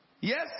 Yes